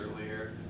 earlier